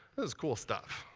this is cool stuff.